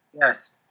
Yes